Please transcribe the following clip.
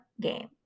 game